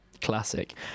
classic